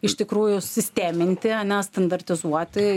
iš tikrųjų sisteminti ane standartizuoti